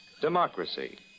Democracy